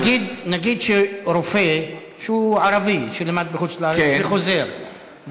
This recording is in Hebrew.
נגיד שרופא שהוא ערבי שלמד בחוץ-לארץ חוזר,